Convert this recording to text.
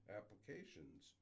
applications